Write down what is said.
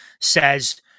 says